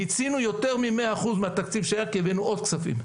מיצינו יותר מ-100% מהתקציב שהיה כי הבאנו עוד כספים,